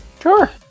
Sure